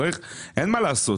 אין מה לעשות,